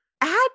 add